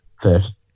first